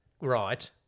right